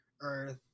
earth